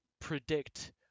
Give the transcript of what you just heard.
predict